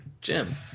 Jim